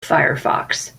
firefox